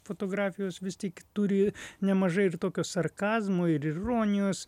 fotografijos vis tik turi nemažai ir tokio sarkazmo ir ironijos